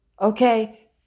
Okay